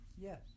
Yes